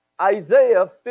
Isaiah